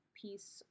piece